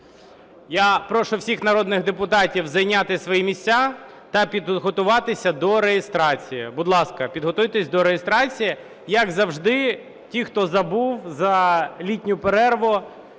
Я прошу всіх народних депутатів зайняти свої місця та підготуватись до реєстрації. Будь ласка, підготуйтесь до реєстрації. Як завжди (ті, хто забув за літню перерву),